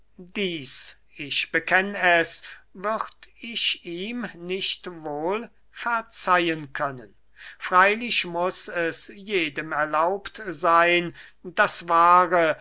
ich bekenn es würd ich ihm nicht wohl verzeihen können freylich muß es jedem erlaubt seyn das wahre